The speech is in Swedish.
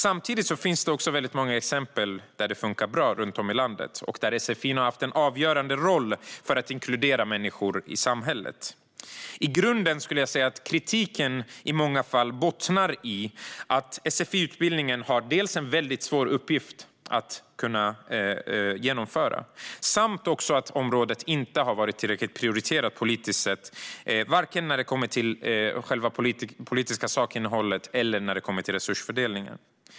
Samtidigt finns många exempel på att det funkar bra runt om i landet och att sfi har haft en avgörande roll för att inkludera människor i samhället. I grunden skulle jag säga att kritiken i många fall bottnar i dels att sfi-utbildningen har en väldigt svår uppgift att genomföra, dels att området inte har varit tillräckligt prioriterat politiskt sett vare sig när det gäller det politiska sakinnehållet eller resursfördelningen.